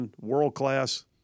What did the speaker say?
world-class